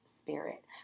spirit